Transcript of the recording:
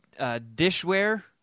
dishware